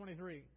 23